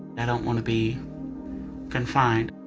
i don't wanna be confined.